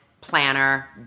planner